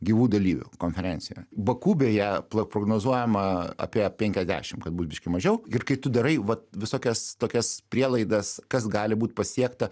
gyvų dalyvių konferencijoj baku beje pla prognozuojama apie penkiasdešimt kad bus biškį mažiau ir kai tu darai va visokias tokias prielaidas kas gali būt pasiekta